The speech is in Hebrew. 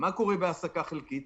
מה קורה בהעסקה חלקית?